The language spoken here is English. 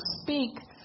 speak